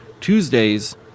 Tuesdays